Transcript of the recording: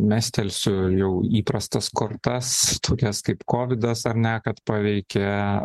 mestelsiu jau įprastas kortas tokias kaip kovidas ar ne kad paveikė